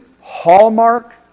Hallmark